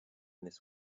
this